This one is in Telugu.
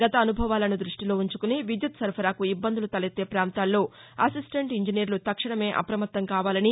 గత అనుభవాలను దృష్ణిలో ఉంచుకుని విద్యుత్ సరఫరాకు ఇబ్బందులు తలెత్తే పాంతాల్లో అసిస్టెంట్ ఇంజినీర్లు తక్షణమే అఫమత్తం కావాలని